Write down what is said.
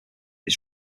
its